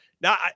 Now